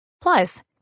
Plus